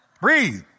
breathe